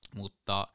mutta